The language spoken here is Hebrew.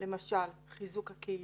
למשל, חיזוק הקהילה,